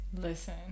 listen